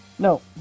No